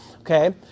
okay